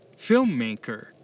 filmmaker